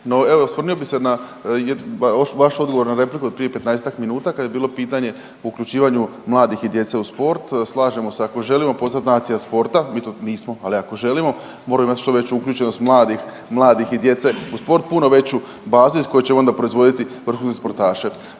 No, evo osvrnuo bi se na vaš odgovor na repliku od prije 15-tak minuta kad je bilo pitanje o uključivanju mladih i djece u sport. Slažemo se, ako želimo postati nacija sporta, mi to nismo, ali ako želimo moramo imati što veću uključenost mladih, mladih i djece u sport, puno veću bazu iz koje ćemo ona proizvoditi vrhunske sportaše.